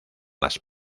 las